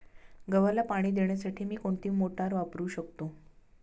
गव्हाला पाणी देण्यासाठी मी कोणती मोटार वापरू शकतो?